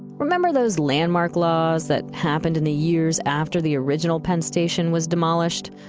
remember those landmark laws that happened in the years after the original penn station was demolished.